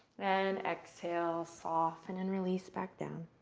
and exhale soften, and release back down.